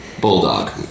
Bulldog